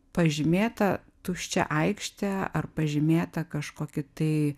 pažymėtą tuščią aikštę ar pažymėtą kažkokį tai